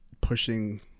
pushing